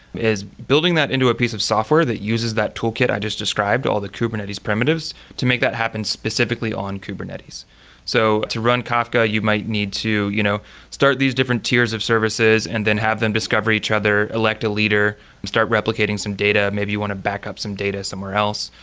is building that into a piece of software that uses that toolkit i just described, all the kubernetes primitives, to make that happen specifically on kubernetes so to run kafka, you might need to you know start these different tiers of services and then have them discover each other, elect a leader and start replicating some data. maybe you want to back up some data somewhere else.